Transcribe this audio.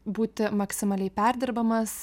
būti maksimaliai perdirbamas